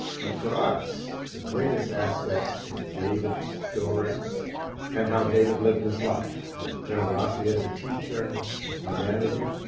but for us, the greatest asset is david's story and how david lived his life. his generosity as a teacher, his humanity.